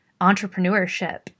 entrepreneurship